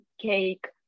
cake